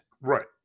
Right